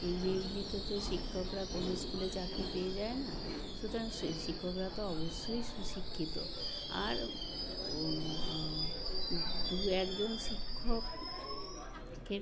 এমনি এমনিতে তো শিক্ষকরা কোনো স্কুলে চাকরি পেয়ে যায় না সুতরাং শিক্ষকরা তো অবশ্যই সুশিক্ষিত আর ও দু একজন শিক্ষকের